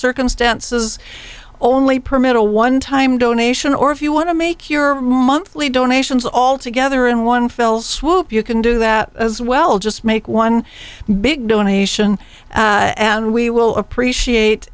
circumstances only permit a one time donation or if you want to make your monthly donations all together in one fell swoop you can do that as well just make one big donation and we will appreciate